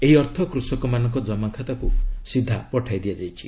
ଏହି ଅର୍ଥ କୃଷକମାନଙ୍କ ଜମାଖାତାକୁ ସିଧା ପଠାଇ ଦିଆଯାଇଛି